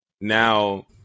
Now